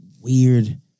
weird